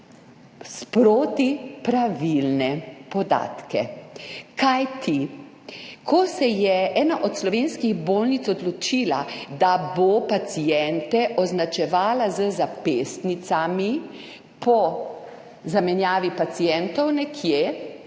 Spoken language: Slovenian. sproti pravilne podatke. Kajti, ko se je ena od slovenskih bolnic odločila, da bo paciente označevala z zapestnicami po zamenjavi pacientov nekje,